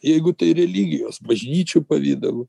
jeigu tai religijos bažnyčių pavidalu